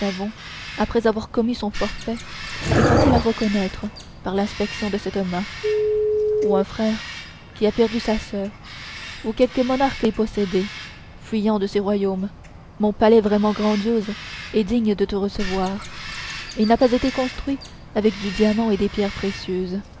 après avoir commis son forfait et facile à reconnaître par l'inspection de cette main ou un frère qui a perdu sa soeur ou quelque monarque dépossédé fuyant de ses royaumes mon palais vraiment grandiose est digne de te recevoir il n'a pas été construit avec du diamant et des pierres précieuses